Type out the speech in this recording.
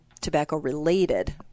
tobacco-related